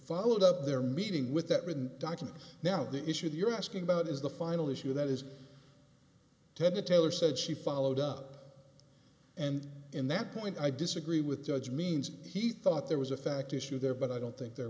followed up their meeting with that written document now the issue of you're asking about is the final issue that is ted the taylor said she followed up and in that point i disagree with judge means he thought there was a fact issue there but i don't think there